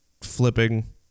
flipping